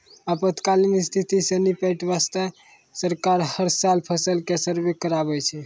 आपातकालीन स्थिति सॅ निपटै वास्तॅ सरकार हर साल फसल के सर्वें कराबै छै